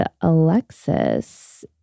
Alexis